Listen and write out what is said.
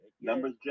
numbers